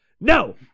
no